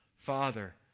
Father